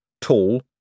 Tall